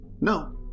No